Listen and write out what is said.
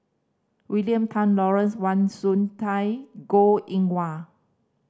William Tan Lawrence Wong Shyun Tsai Goh Eng Wah